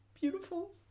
beautiful